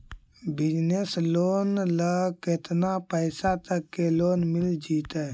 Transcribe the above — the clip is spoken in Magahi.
बिजनेस लोन ल केतना पैसा तक के लोन मिल जितै?